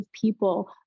people